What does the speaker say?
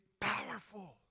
powerful